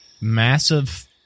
massive